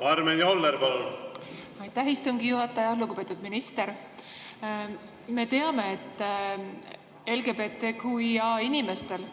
Karmen Joller, palun! Aitäh, istungi juhataja! Lugupeetud minister! Me teame, etLGBTQIA‑inimestel